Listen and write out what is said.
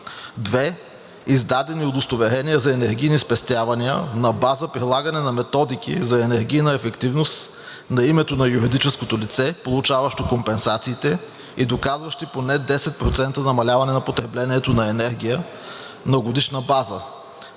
2. Издадени удостоверения за енергийни спестявания на база прилагане на методики за енергийна ефективност на името на юридическото лице, получаващо компенсациите, и доказващи поне 10% намаляване на потреблението на енергия на годишна база.